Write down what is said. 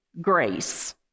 grace